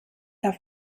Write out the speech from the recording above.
auf